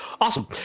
Awesome